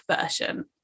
version